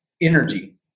energy